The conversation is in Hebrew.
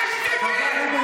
תשתקי.